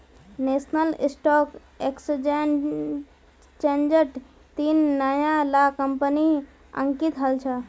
national stock एक्सचेंजट तीन नया ला कंपनि अंकित हल छ